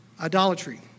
idolatry